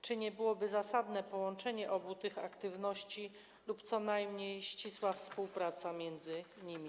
Czy nie byłoby zasadne połączenie obu tych aktywności lub co najmniej ścisła współpraca między nimi?